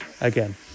Again